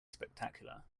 spectacular